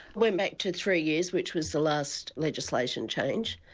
went back to three years, which was the last legislation change.